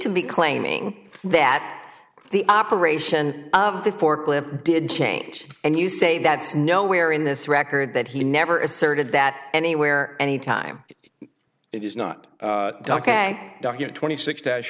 to be claiming that the operation of the fork lift did change and you say that's nowhere in this record that he never asserted that anywhere any time it is not ok doc it twenty six dollars